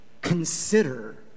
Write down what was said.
Consider